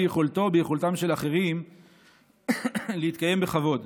ביכולתו וביכולתם של אחרים להתקיים בכבוד,